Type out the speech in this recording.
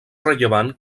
rellevant